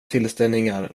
tillställningar